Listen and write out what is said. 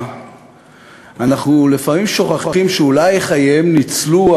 אנחנו לפעמים שוכחים שאולי חייהם ניצלו,